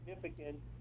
significant